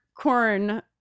corn-